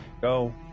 Go